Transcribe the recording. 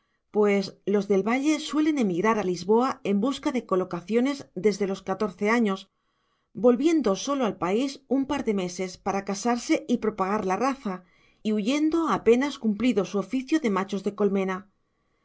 pues los del valle suelen emigrar a lisboa en busca de colocaciones desde los catorce años volviendo sólo al país un par de meses para casarse y propagar la raza y huyendo apenas cumplido su oficio de machos de colmena